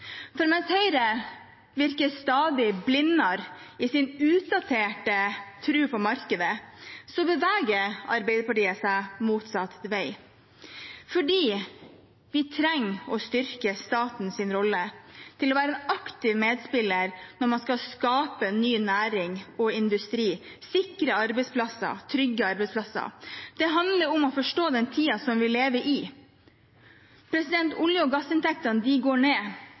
Mens Høyre virker stadig blindere i sin utdaterte tro på markedet, beveger Arbeiderpartiet seg motsatt vei fordi vi trenger å styrke statens rolle til å være en aktiv medspiller når vi skal skape ny næring og industri, sikre arbeidsplasser, trygge arbeidsplasser. Det handler om å forstå den tiden vi lever i. Olje- og gassinntektene går ned,